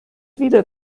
wieder